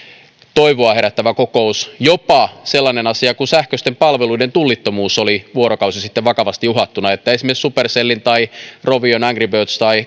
toivoa herättävä kokous jopa sellainen asia kuin sähköisten palveluiden tullittomuus oli vuorokausi sitten vakavasti uhattuna niin että esimerkiksi supercellin ja rovion angry birds